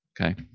Okay